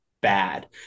bad